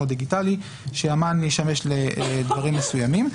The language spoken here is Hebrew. הדיגיטלי שהמען ישמש לדברים מסוימים.